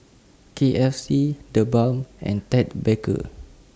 K F C The Balm and Ted Baker